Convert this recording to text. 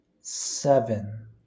seven